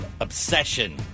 obsession